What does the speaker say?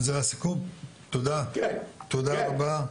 תודה רבה.